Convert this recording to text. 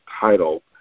title